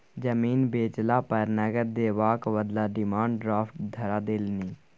जमीन बेचला पर नगद देबाक बदला डिमांड ड्राफ्ट धरा देलनि